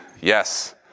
yes